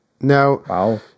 Now